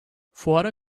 fuara